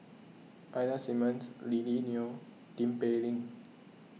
Ida Simmons Lily Neo Tin Pei Ling